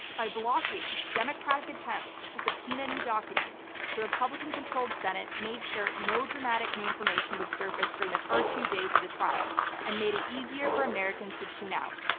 by blocking democratic attempts to subpoena new documents, the republican-controlled senate, made sure no dramatic new information information would surface during the first few days of the trial and made it easier for americans to tune out.